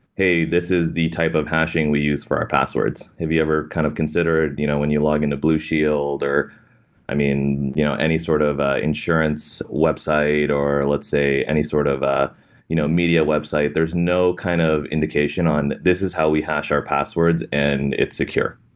hey, this is the type of hashing we use for our passwords. have you ever kind of considered you know when you log in to blue shield or you know any sort of insurance website or let's say any sort of ah you know media website, there's no kind of indication on, this is how we hash our passwords and it's secure,